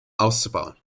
auszubauen